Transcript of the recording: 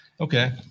Okay